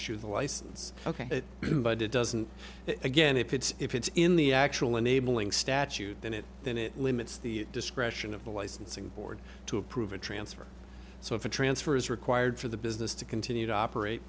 the license ok but it doesn't again if it's if it's in the actual enabling statute then it then it limits the discretion of the licensing board to approve a transfer so if a transfer is required for the business to continue to operate